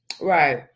Right